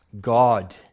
God